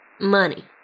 Money